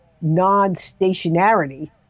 non-stationarity